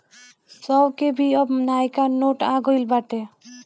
सौ के भी अब नयका नोट आ गईल बाटे